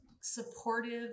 supportive